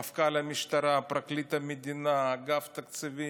מפכ"ל המשטרה, פרקליט המדינה, ראש אגף התקציבים,